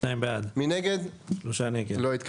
הצבעה בעד, 2 נגד, 3 נמנעים, 0 הרביזיה לא התקבלה.